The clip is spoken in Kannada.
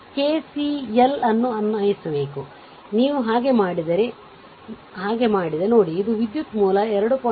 ಕೆಸಿಎಲ್ ಅನ್ನು ಅನ್ವಯಿಸಬೇಕು ನೀವು ಹಾಗೆ ಮಾಡಿದರೆ ನೋಡಿ ಇದು ವಿದ್ಯುತ್ ಮೂಲ 2